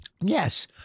Yes